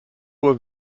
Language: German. uhr